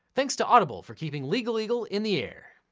thanks to audible for keeping legal eagle in the air.